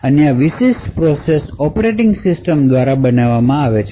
અને આ વિશિષ્ટ પ્રોસેસ ઑપરેટિંગ સિસ્ટમ દ્વારા બનાવવામાં આવી છે